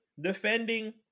defending